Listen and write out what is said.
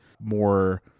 more